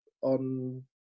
on